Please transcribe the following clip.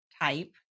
type